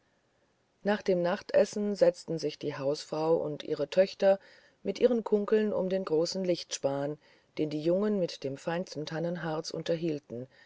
nach dem nachtessen setzten sich die hausfrau und ihre töchter mit ihren kunkeln um den großen lichtspan den die jungen mit dem feinsten tannenharz unterhielten